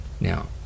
Now